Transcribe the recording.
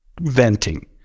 venting